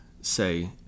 Say